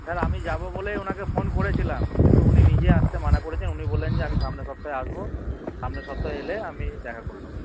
sir আমি যাবো বলেই ওনাকে ফোন করেছিলাম কিন্তু উনি নিজে আসতে মানা করেছেন উনি বললেন যে আমি সামনের সপ্তাহে আসবো সামনের সপ্তাহে এলে আমি দেখা করে নেবো